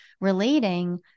relating